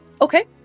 Okay